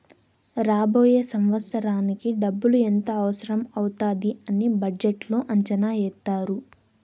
రాబోయే సంవత్సరానికి డబ్బులు ఎంత అవసరం అవుతాది అని బడ్జెట్లో అంచనా ఏత్తారు